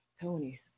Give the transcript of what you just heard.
Tony